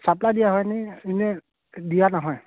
supply দিয়া হয়নে এনেই এনেই দিয়া নহয়